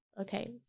Okay